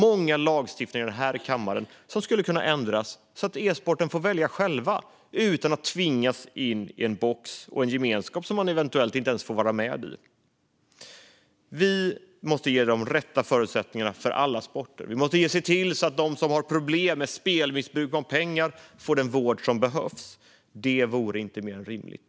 Mycket lagstiftning skulle kunna ändras i den här kammaren så att man inom e-sporten själv får välja och inte tvingas in i en box och en gemenskap som man eventuellt inte ens får vara med i. Vi måste ge alla sporter de rätta förutsättningarna. Vi måste se till att de som har problem med missbruk av spel om pengar får den vård som behövs. Det vore inte mer än rimligt.